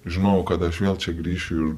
žinojau kad aš vėl čia grįšiu